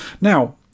Now